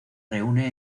reúne